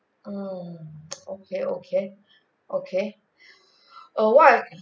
mm okay okay okay err what